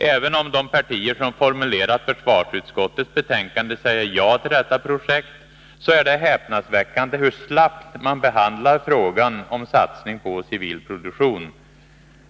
Även om de partier som formulerat försvarsutskottets betänkande säger ja till detta projekt, är det häpnadsväckande hur slappt man behandlar frågan om satsning på civil produktion.